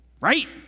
Right